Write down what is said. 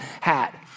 hat